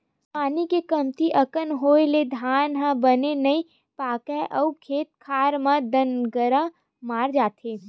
पानी के कमती अकन होए ले धान ह बने नइ पाकय अउ खेत खार म दनगरा मार देथे